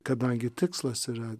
kadangi tikslas yra